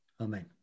Amen